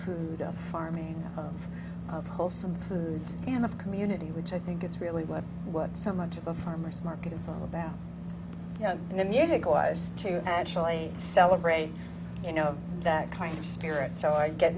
food of farming of wholesome food and of community which i think is really what what so much of a farmer's market is all about you know and the music wise to actually celebrate you know that kind of spirit so i get